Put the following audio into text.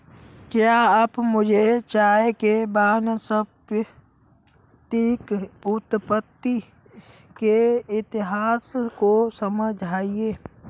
क्या आप मुझे चाय के वानस्पतिक उत्पत्ति के इतिहास को समझाएंगे?